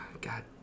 God